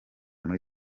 muri